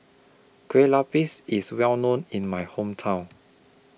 Kue Lupis IS Well known in My Hometown